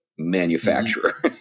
Manufacturer